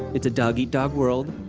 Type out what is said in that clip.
it's a dog-eat-dog world.